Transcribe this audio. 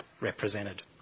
represented